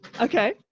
Okay